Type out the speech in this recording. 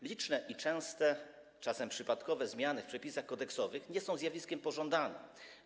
Liczne i częste, czasem przypadkowe zmiany w przepisach kodeksowych nie są zjawiskiem pożądanym.